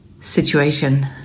situation